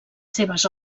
seves